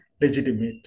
legitimate